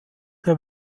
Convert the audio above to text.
der